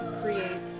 create